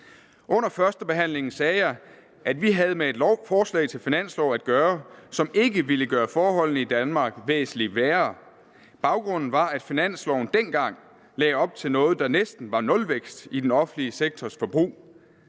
Under førstebehandlingen sagde jeg, at vi havde med et forslag til finanslov at gøre, som ikke ville gøre forholdene i Danmark væsentlig værre. Baggrunden var, at finansloven dengang lagde op til noget, der næsten var nulvækst i den offentlige sektors forbrug.